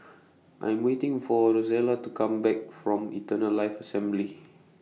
I Am waiting For Rosella to Come Back from Eternal Life Assembly